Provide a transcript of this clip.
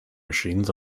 machines